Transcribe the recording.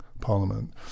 Parliament